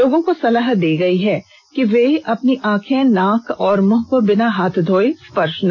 लोगों को सलाह दी गई है कि वे अपनी आंख नाक और मुंह को बिना हाथ धोये स्पर्श न करें